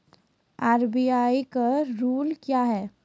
RBI का rule क्या हैं?